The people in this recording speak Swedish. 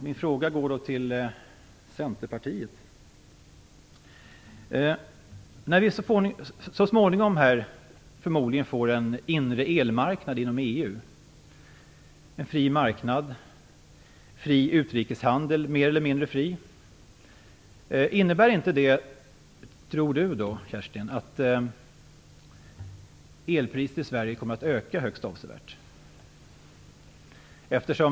Min fråga går då till Centerpartiet. När vi så småningom förmodligen får en inre elmarknad inom EU, en fri marknad med en mer eller mindre fri utrikeshandel, tror inte Kerstin Warnerbring att det kommer att innebära att elpriset i Sverige kommer att öka högst avsevärt.